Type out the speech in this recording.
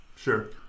Sure